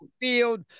field